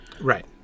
right